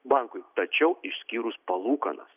bankui tačiau išskyrus palūkanas